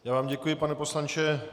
Já vám děkuji, pane poslanče.